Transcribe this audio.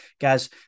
Guys